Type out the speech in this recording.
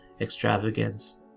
extravagance